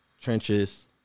trenches